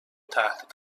تحت